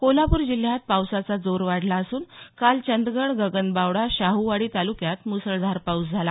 कोल्हापूर जिल्ह्यात पावसाचा जोर वाढला असून काल चंदगड गगनबावडा शाहूवाडी तालुक्यात मुसळधार पाऊस झाला